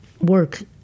work